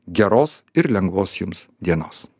geros ir lengvos jums dienos